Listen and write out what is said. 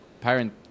parent